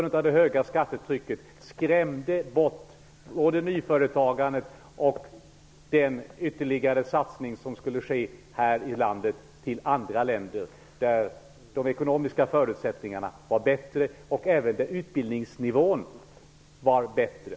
Det höga skattetrycket skrämde bort både nyföretagandet och den ytterligare satsning som skulle kunna ske till andra länder, där de ekonomiska förutsättningarna var bättre och där också utbildningsnivån var högre.